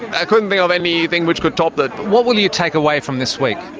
i couldn't think of anything which could top it. what will you take away from this week?